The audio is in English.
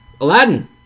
Aladdin